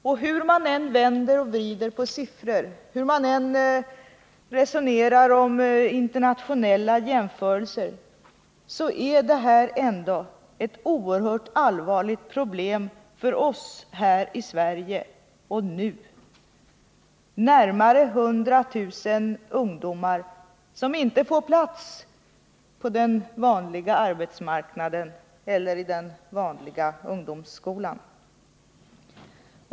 Och hur man än vänder och vrider på siffror, hur man än resonerar om internationella jämförelser, så är det här ändå ett oerhört allvarligt problem för oss här i Sverige och nu: närmare 100 000 ungdomar som inte får plats på den vanliga arbetsmarknaden eller i den vanliga ungdomsskolan.